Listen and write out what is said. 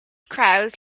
crows